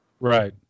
Right